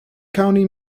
county